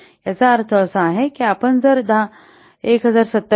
याचा अर्थ असा आहे की जर आपण आज 1027